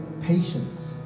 patience